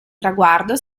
traguardo